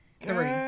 Three